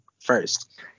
first